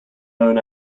known